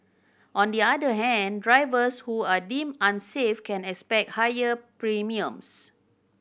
on the other hand drivers who are deemed unsafe can expect higher premiums